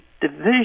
division